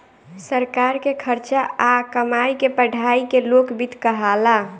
सरकार के खर्चा आ कमाई के पढ़ाई के लोक वित्त कहाला